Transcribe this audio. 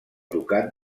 ducat